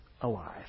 alive